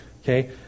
okay